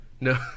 No